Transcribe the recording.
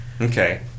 Okay